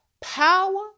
power